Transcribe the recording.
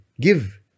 give